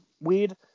weird